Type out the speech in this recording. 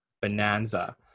Bonanza